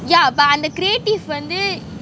yeah but அந்த:antha creative வந்து:vanthu